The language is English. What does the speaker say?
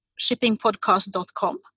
shippingpodcast.com